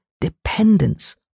dependence